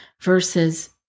versus